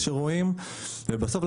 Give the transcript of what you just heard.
שרואים; ובסוף,